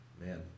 Man